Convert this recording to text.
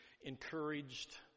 encouraged